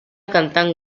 cantant